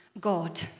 God